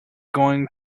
going